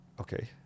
Okay